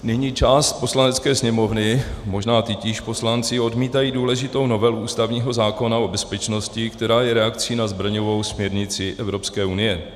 Nyní část Poslanecké sněmovny, možná titíž poslanci, odmítají důležitou novelu ústavního zákona o bezpečnosti, která je reakcí na zbraňovou směrnici EU.